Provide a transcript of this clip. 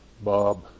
Bob